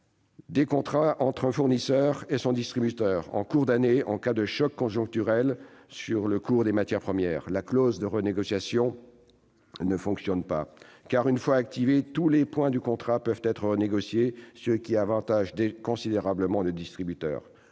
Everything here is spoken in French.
des contrats entre un fournisseur et son distributeur en cours d'année en cas de choc conjoncturel sur le cours d'une matière première. La clause de renégociation ne fonctionne pas, car, une fois activée, tous les points du contrat peuvent être renégociés, ce qui avantage considérablement le distributeur.